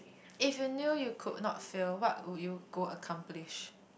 if you knew you could not fail what would you go accomplish